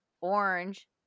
orange